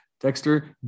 Dexter